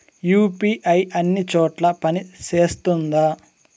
UPI అన్ని చోట్ల పని సేస్తుందా?